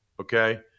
okay